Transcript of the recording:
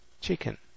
Chicken